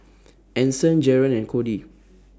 Anson Jaren and Cody